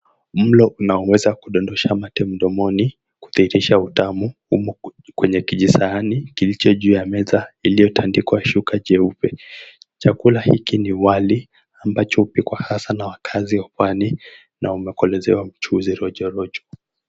Mlo unaoweza kudondosha mate mdomoni kuthihirisha utamu, umo kwenye kijisahani kilicho juu ya meza iliyotandikwaa shuka jeupe. Chakula hiki ni wali ambacho hupikwa hasa na wakazi wa pwani na umekolezewa mchuuzi rojorojo.